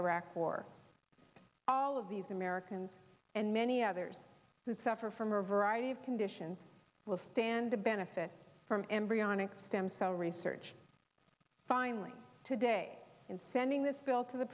iraq war all of these americans and many others that suffer from a variety of conditions will stand to benefit from embryonic stem cell research finally today in sending this bill to the